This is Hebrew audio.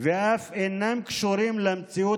ואף אינם קשורים למציאות,